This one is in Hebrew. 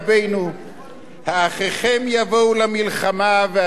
האחיכם יבואו למלחמה ואתם תשבו פה?